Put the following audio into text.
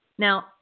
Now